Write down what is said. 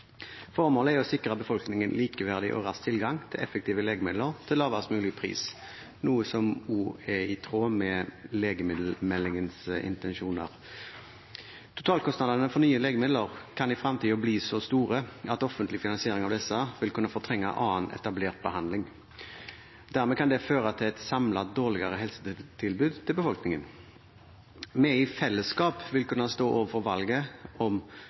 Formålet er å sikre befolkningen likeverdig og rask tilgang til effektive legemidler til lavest mulig pris, noe som også er i tråd med legemiddelmeldingens intensjoner. Totalkostnadene for nye legemidler kan i fremtiden bli så store at den offentlige finansieringen av disse vil kunne fortrenge annen etablert behandling. Dermed kan det føre til et samlet dårligere helsetilbud til befolkningen. Vi i fellesskap vil kunne stå overfor valget om